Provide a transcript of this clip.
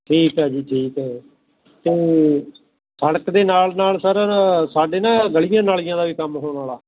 ਠੀਕ ਹੈ ਜੀ ਠੀਕ ਹੈ ਅਤੇ ਸੜਕ ਦੇ ਨਾਲ ਨਾਲ ਸਰ ਸਾਡੇ ਨਾ ਗਲੀਆਂ ਨਾਲੀਆਂ ਦਾ ਵੀ ਕੰਮ ਹੋਣ ਵਾਲਾ